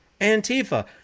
Antifa